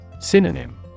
Synonym